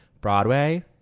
Broadway